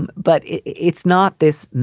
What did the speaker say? and but it's not this